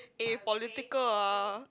eh political ah